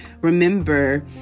Remember